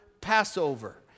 Passover